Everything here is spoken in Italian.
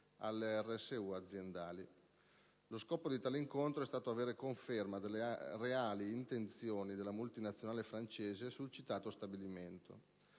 alle RSU aziendali. Lo scopo di tale incontro è stato avere conferma delle reali intenzioni della multinazionale francese sul citato stabilimento.